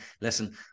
Listen